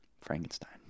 Frankenstein